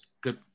Good